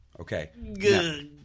okay